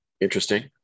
interesting